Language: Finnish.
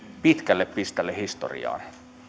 pitkälle pitkälle historiaan